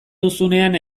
duzunean